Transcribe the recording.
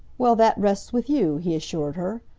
well, that rests with you, he assured her.